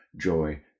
joy